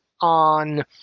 on